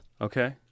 Okay